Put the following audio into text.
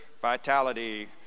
vitality